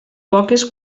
poques